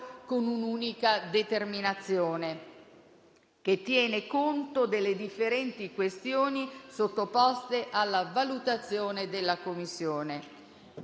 con un'unica determinazione che tiene conto delle differenti questioni sottoposte alla valutazione della Commissione.